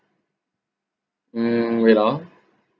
mm wait ah